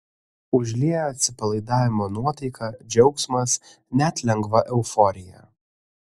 užlieja atsipalaidavimo nuotaika džiaugsmas net lengva euforija